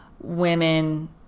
Women